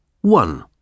one